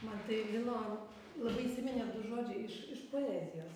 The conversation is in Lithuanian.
man tai lino labai įsiminė du žodžiai iš iš poezijos aš neskaičiau jokių recenzijų